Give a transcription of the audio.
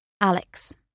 Alex